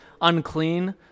unclean